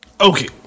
Okay